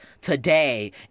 today